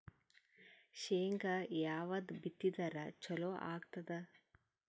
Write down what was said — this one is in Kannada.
ಶೇಂಗಾ ಯಾವದ್ ಬಿತ್ತಿದರ ಚಲೋ ಆಗತದ?